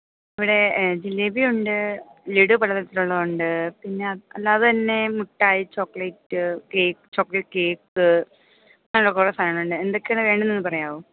ഇവടെ ജിലേബി ഉണ്ട് ലഡ്ഡു പല തരത്തിലുള്ളത് ഉണ്ട് പിന്നെ അല്ലാതെ തന്നെ മിട്ടായി ചോക്ലേറ്റ് ചോക്ലേറ്റ് കേക്ക് അങ്ങനെ ഉള്ള കുറേ സാധനങ്ങൾ ഉണ്ട് എന്തൊക്കെയാണ് വേണ്ടതെന്ന് ഒന്ന് ന്നൊന്ന് പറയാമോ